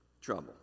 trouble